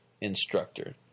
instructor